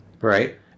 right